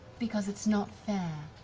because it's not fair.